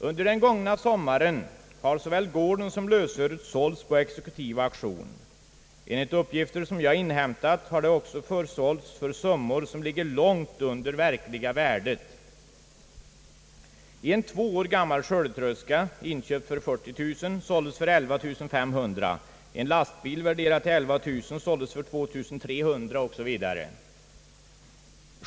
Under den gångna sommaren har såväl gården som lösöret sålts på exekutiv auktion. Enligt uppgifter som jag inhämtat har det också försålts för summor som ligger långt under verkliga värdet. En två år gammal skördetröska, inköpt för 40 000 kronor såldes för 11 500, en lastbil värderad till 11 000 såldes för 2300 kronor 0. s. Vv.